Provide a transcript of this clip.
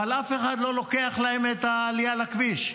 אבל אף אחד לא לוקח להם את העלייה לכביש.